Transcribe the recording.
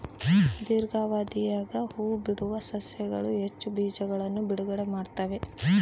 ದೀರ್ಘಾವಧಿಯಾಗ ಹೂಬಿಡುವ ಸಸ್ಯಗಳು ಹೆಚ್ಚು ಬೀಜಗಳನ್ನು ಬಿಡುಗಡೆ ಮಾಡ್ತ್ತವೆ